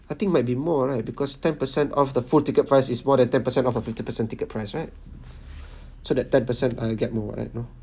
I think might be more right because ten percent of the four ticket price is more than ten percent of a fifty percent ticket price right so that ten percent I'll get more right know